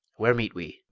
where meet we?